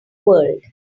world